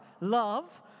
Love